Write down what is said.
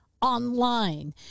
online